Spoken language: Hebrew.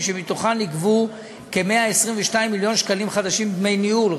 שמתוכם נגבו כ-122 מיליון ש"ח דמי ניהול,